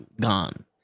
gone